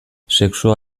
sexua